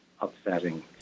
upsetting